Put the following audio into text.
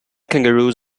kangaroos